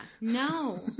No